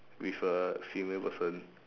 with a female person